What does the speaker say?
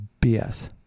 BS